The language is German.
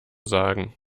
sagen